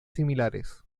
similares